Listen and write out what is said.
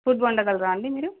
food వండగలరా అండి మీరు